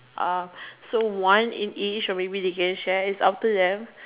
uh so one in each or maybe they can share it's up to them